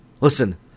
Listen